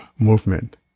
movement